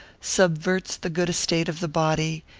subverts the good estate of the body,